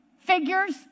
Figures